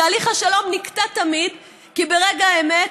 תהליך השלום נקטע תמיד כי ברגע האמת